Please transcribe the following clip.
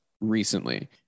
recently